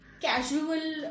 casual